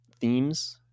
themes